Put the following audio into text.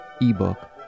ebook